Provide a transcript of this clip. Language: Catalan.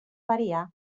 variar